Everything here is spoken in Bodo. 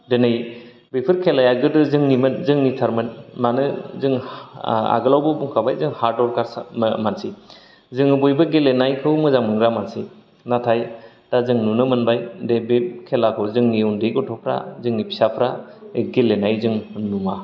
दोनै बेफोर खेलाया गोदो जोंनिमोन जोंनिथारमोन मानो जों हा ओ आगोलावबो बुंखाबाय जों हारडवारकारस ओ मो मानसि जोङो बयबो गेलेनायखौ मोजां मोनग्रा मानसि नाथाय दा जों नुनो मोनबाय दा बे खेलाखौ जोंनि उन्दै गथ'फ्रा जोंनि फिसाफ्रा गेलेनाय जों नुवा